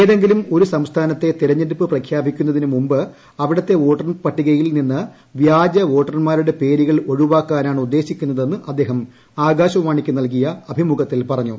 ഏതെങ്കിലും ഒരു സംസ്ഥാനത്തെ തെരഞ്ഞെടുപ്പ് പ്രഖ്യാപിക്കുന്നതിന് മുമ്പ് അവിടുത്തെ വോട്ടർപട്ടികകളിൽ നിന്ന് വ്യാജ വോട്ടർമാരുടെ പേരുകൾ ഒഴിവാക്കാനാണ് ഉദ്ദേശിക്കുന്നതെന്ന് അദ്ദേഹം ആകാശവാണിക്കു നല്കിയ അഭിമുഖത്തിൽ പറഞ്ഞു